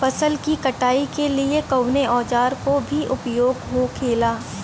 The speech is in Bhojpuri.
फसल की कटाई के लिए कवने औजार को उपयोग हो खेला?